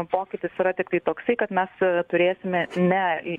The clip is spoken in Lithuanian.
pokytis yra tiktai toksai kad mes turėsime ne